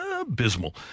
abysmal